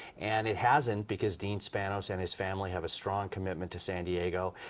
and it hasn't because dean spinose and his family have a strong commitment to san diego,